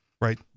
right